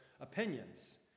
opinions